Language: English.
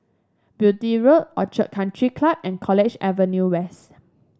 Beaulieu Road Orchid Country Club and College Avenue West